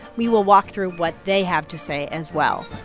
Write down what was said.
we will walk through what they have to say as well.